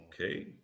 Okay